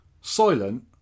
silent